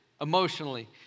emotionally